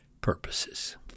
purposes